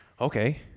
Okay